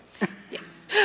Yes